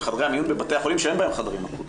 וחדרי המיון בבתי החולים שאין בהם חדרים אקוטיים,